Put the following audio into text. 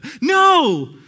No